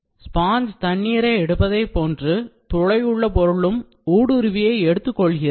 sponge தண்ணீரை எடுப்பதைப் போன்று துளையுள்ள பொருளும் ஊடுருவியை எடுத்துக் கொள்கிறது